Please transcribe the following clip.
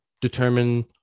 determine